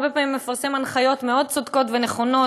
הרבה פעמים מפרסם הנחיות מאוד צודקות ונכונות,